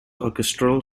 orchestral